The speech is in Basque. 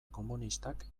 komunistak